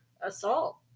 Assault